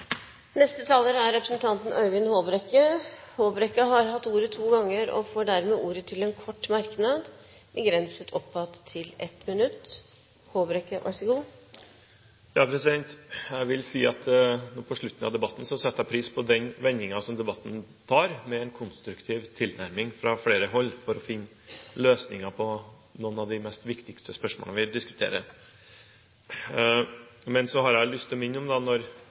Øyvind Håbrekke har hatt ordet to ganger tidligere og får ordet til en kort merknad, begrenset til 1 minutt. Jeg vil på slutten av debatten si at jeg setter pris på den vendingen debatten tar, med en konstruktiv tilnærming fra flere hold for å finne løsninger på noen av de mest viktige spørsmålene vi diskuterer. Men så har jeg lyst til å minne om